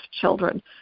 children